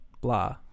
blah